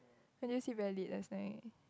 and you see valid last night